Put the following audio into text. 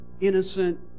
innocent